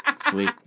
Sweet